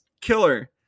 killer